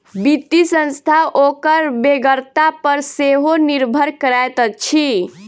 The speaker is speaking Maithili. वित्तीय संस्था ओकर बेगरता पर सेहो निर्भर करैत अछि